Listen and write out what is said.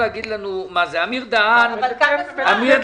כמה זמן?